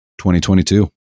2022